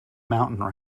mountain